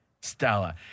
Stella